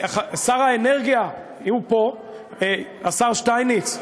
שר האנרגיה, הוא פה, השר שטייניץ,